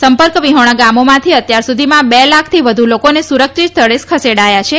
સંપર્કવિહોણા ગામોમાંથી અત્યાર સુધીમાં બે લાખથી વધુ લોકોએ સુરક્ષિત સ્થળે ખસેડાથા છે